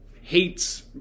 hates